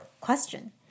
question